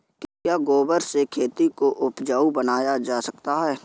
क्या गोबर से खेती को उपजाउ बनाया जा सकता है?